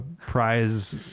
prize